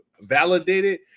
validated